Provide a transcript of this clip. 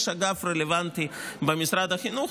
יש אגף רלוונטי במשרד החינוך,